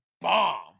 bomb